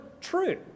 true